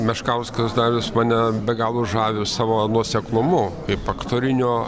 meškauskas darius mane be galo žavi savo nuoseklumu kaip aktorinio